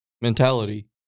mentality